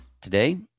today